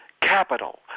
Capital